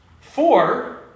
four